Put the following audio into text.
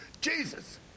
Jesus